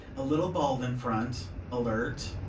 a little bald in front, alert,